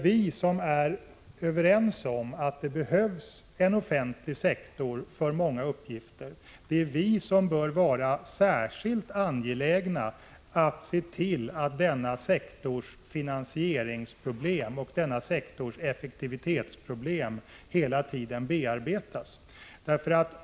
Vi som är överens om att det för många uppgifter behövs en offentlig sektor bör vara särskilt angelägna om att denna sektors finansieringsoch effektivitetsproblem hela tiden bearbetas.